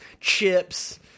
chips